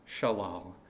Shalal